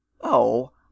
Oh